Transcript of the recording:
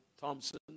Thompson